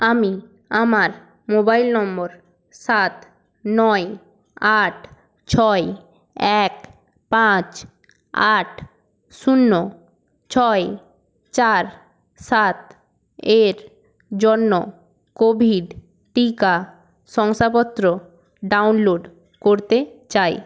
আমি আমার মোবাইল নম্বর সাত নয় আট ছয় এক পাঁচ আট শূন্য ছয় চার সাত এর জন্য কোভিড টিকা শংসাপত্র ডাউনলোড করতে চাই